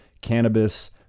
cannabis